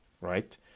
Right